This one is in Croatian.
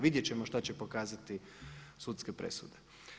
Vidjeti ćemo što će pokazati sudske presude.